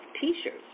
T-shirts